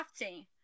crafting